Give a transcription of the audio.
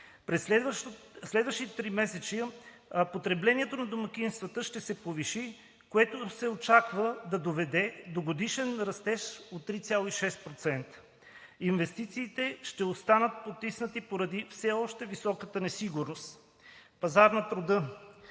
През следващите тримесечия потреблението на домакинствата ще се повиши, което се очаква да доведе до годишен растеж от 3,6%. Инвестициите ще останат потиснати поради все още високата несигурност. Пазар на труда.